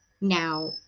now